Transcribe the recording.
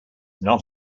not